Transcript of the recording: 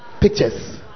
pictures